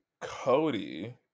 Cody